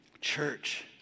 Church